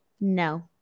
No